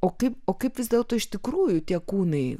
o kaip o kaip vis dėlto iš tikrųjų tie kūnai